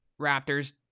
Raptors